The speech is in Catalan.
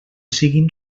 siguin